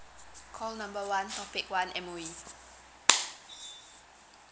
call number one topic one M_O_E